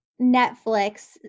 Netflix